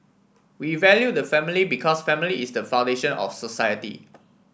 we value the family because family is the foundation of society